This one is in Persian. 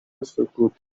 سکوت